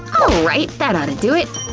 alright, that ought and do it.